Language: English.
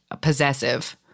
possessive